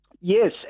Yes